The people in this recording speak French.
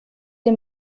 des